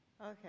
okay